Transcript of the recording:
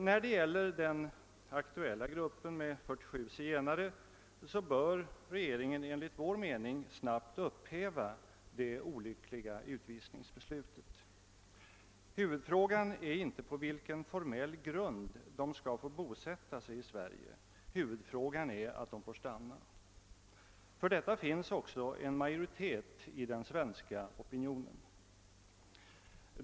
Beträffande den aktuella gruppen med 47 zigenare bör regeringen enligt vår mening snabbt upphäva det olyckliga utvisningsbeslutet. Huvudfrågan är inte på vilken formell grund dessa zigenare skall få bosätta sig i Sverige; huvudfrågan är att de får stanna. För detta finns även en majoritet i den svenska opinionen.